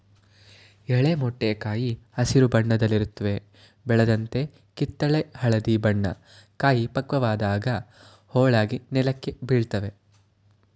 ಎಳೆ ಮೊಟ್ಟೆ ಕಾಯಿ ಹಸಿರು ಬಣ್ಣದಲ್ಲಿರುತ್ವೆ ಬೆಳೆದಂತೆ ಕಿತ್ತಳೆ ಹಳದಿ ಬಣ್ಣ ಕಾಯಿ ಪಕ್ವವಾದಾಗ ಹೋಳಾಗಿ ನೆಲಕ್ಕೆ ಬೀಳ್ತವೆ